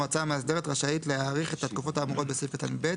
המועצה המאסדרת רשאית להאריך את התקופות האמורות בסעיף קטן (ב),